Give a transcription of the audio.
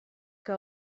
que